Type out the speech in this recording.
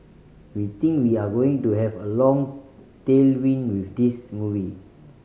we think we are going to have a long tailwind with this movie